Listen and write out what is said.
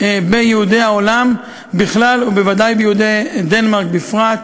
ביהודי העולם בכלל וביהודי דנמרק בפרט,